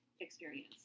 experience